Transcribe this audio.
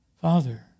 Father